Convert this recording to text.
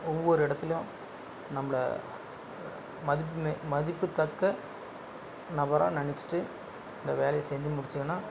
ஒவ்வொரு இடத்துலையும் நம்மள மதிப்பு மி மதிப்புத்தக்க நபராக நினச்சிட்டு அந்த வேலைய செஞ்சு முடிச்சுங்கன்னா